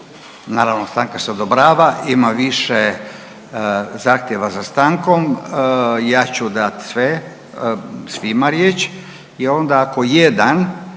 naravno stanka se odobrava, ima više zahtjeva za stankom, ja ću dat sve, svima riječ i onda ako jedan